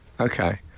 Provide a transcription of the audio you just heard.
Okay